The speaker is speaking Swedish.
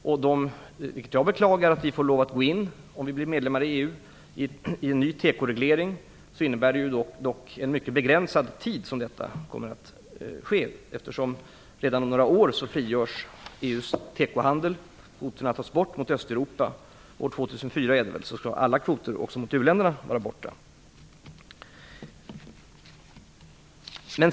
Om vi blir medlemmar i EU får vi gå in i en ny tekoreglering, vilket jag beklagar. Det är dock under en mycket begränsad tid som det kommer att ske. Redan om några år frigörs tekohandeln. Kvoterna tas bort gentemot Östeuropa, och år 2004 skall alla kvoter, även gentemot u-länderna, vara borta.